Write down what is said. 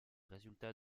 résultats